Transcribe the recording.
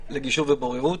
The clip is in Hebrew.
לגישור ובוררות.